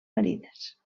marines